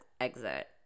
exit